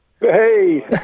Hey